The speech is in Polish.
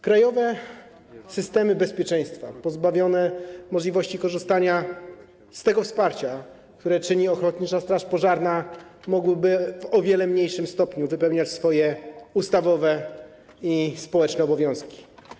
Krajowe systemy bezpieczeństwa pozbawione możliwości korzystania z tego wsparcia, które zapewnia ochotnicza straż pożarna, mogłyby w o wiele mniejszym stopniu wypełniać swoje ustawowe i społeczne obowiązki.